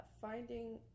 Finding